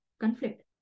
conflict